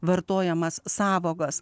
vartojamas sąvokas